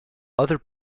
other